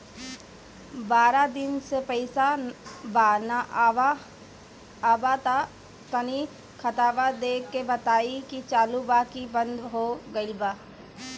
बारा दिन से पैसा बा न आबा ता तनी ख्ताबा देख के बताई की चालु बा की बंद हों गेल बा?